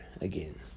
again